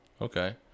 Okay